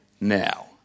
now